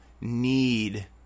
need